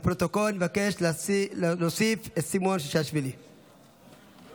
לפרוטוקול אני מבקש להוסיף את סימון מושיאשוילי כתומך.